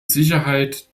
sicherheit